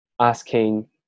asking